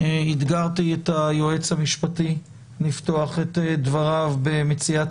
אתגרתי את היועץ המשפטי לפתוח את דבריו במציאת